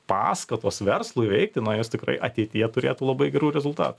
paskatos verslui veikti na jos tikrai ateityje turėtų labai gerų rezultat